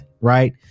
right